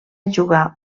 jugar